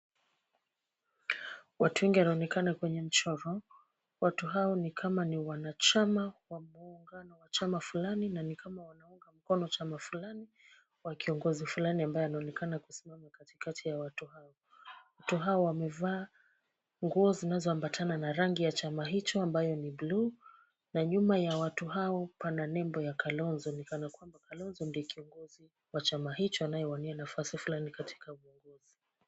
Watu wengi wanaonekana kwenye mchoro. Watu hao ni kama ni wanachama wa muungano wa chama fulani, na ni kama wanaweka mkono chama fulani wa kiongozi fulani ambaye anaonekana kusimama katikati ya watu hao. Watu hao wamevaa nguo zinazoambatana na rangi ya chama hicho ambayo ni bluu, na nyuma ya watu hao kuna nembo ya kalonzo linalokwamba kalonzo ndiye kiongozi wa chama hicho anayewania nafasi fulani katika bunge.